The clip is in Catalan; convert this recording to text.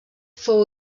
fou